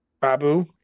Babu